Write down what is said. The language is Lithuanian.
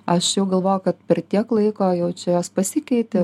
aš jau galvojau kad per tiek laiko jau čia jos pasikeitė